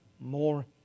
more